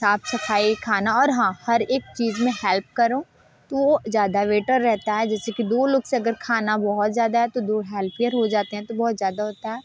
साफ़ सफ़ाई खान और हाँ हर एक चीज़ में हेल्प करो तो वो ज़्यादा वैटर रहता है जैसे कि दो लोग से अगर खाना बहुत ज़्यादा है तो दो हेल्पियर हो जाते हैं तो बहुत ज़्यादा होता है